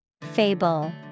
Fable